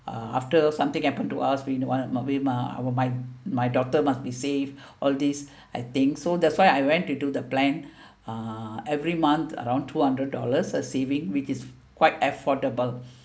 uh after something happen to us we want my my daughter must be safe all this I think so that's why I went to do the plan uh every month around two hundred dollars a saving which is quite affordable